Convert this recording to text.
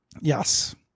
yes